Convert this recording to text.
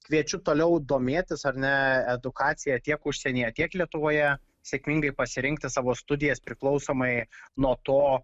kviečiu toliau domėtis ar ne edukacija tiek užsienyje tiek lietuvoje sėkmingai pasirinkti savo studijas priklausomai nuo to